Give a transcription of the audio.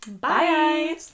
bye